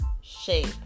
shape